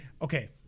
Okay